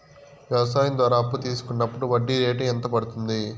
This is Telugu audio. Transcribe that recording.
వ్యవసాయం ద్వారా అప్పు తీసుకున్నప్పుడు వడ్డీ రేటు ఎంత పడ్తుంది